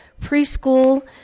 preschool